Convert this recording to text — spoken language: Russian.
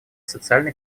социально